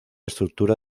estructura